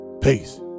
Peace